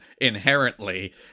inherently